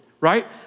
right